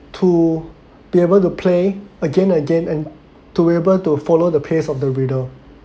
to be able to play again again and to be able to follow the pace of the reader